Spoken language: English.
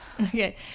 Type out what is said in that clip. Okay